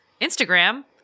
Instagram